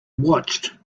watched